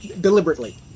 Deliberately